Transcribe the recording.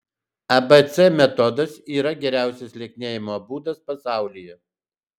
abc metodas yra geriausias lieknėjimo būdas pasaulyje